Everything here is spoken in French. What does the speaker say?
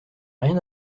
rien